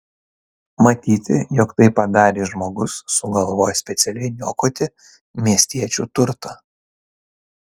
matyti jog tai padarė žmogus sugalvojęs specialiai niokoti miestiečių turtą